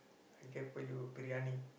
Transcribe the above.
I get for you briyani